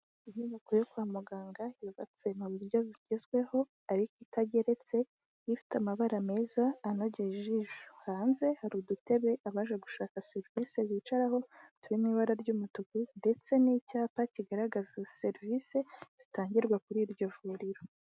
Inyubako yo kwa muganga yubatse mu buryo bigezweho ariko itageretse, ifite amabara meza anogeye ijisho. Hanze hari udutebe abaje gushaka serivisi bicaraho turimo ibara ry'umutukudu, ndetse n'icyapa kigaragaza serivisi zitangirwa kuri iryo vuriro.